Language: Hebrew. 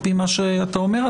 על פי מה שאתה אומר,